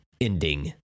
ending